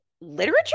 literature